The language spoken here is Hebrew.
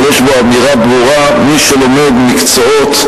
אבל יש בו אמירה ברורה: מי שלומד מקצועות,